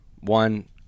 one